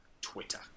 Twitter